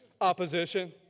Opposition